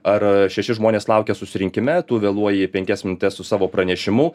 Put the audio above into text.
ar šeši žmonės laukia susirinkime tu vėluoji penkias minutes su savo pranešimu